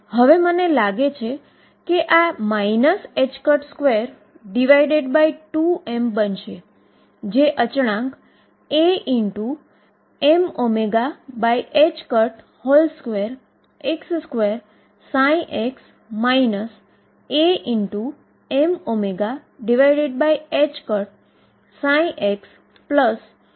હવે જો તમે વેવ પરના મારા વ્યાખ્યાનમાં દોરીના ઉદાહરણને ફરીથી યાદ કરો તો બાઉન્ડ્રી કંડીશન નો અર્થ એ છે કે બાઉન્ડ્રી કન્ડીશન ફક્ત અમુક એનર્જી En થી સંતુષ્ટ થાય છે જેને આઈગન એનર્જી તરીકે ઓળખવામાં આવશે